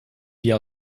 bier